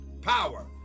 power